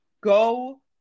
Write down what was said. go